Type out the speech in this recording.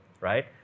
right